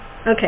okay